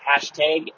hashtag